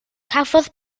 cafodd